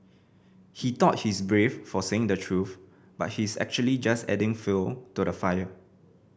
he thought he's brave for saying the truth but he's actually just adding fuel to the fire